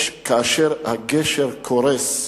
כאשר הגשר קורס,